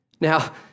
Now